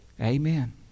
Amen